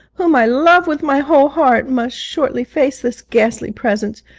whom i love with my whole heart, must shortly face this ghastly presence,